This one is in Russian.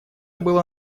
было